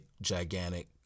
gigantic